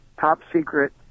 top-secret